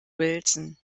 wilson